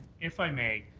if i may,